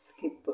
skip